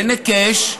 אין היקש.